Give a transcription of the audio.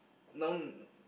no